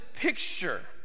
picture